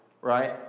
right